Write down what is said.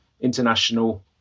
international